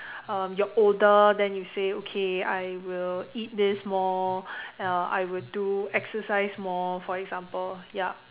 um you're older then you say okay I will eat this more uh I will do exercise more for example yup